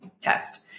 test